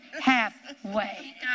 halfway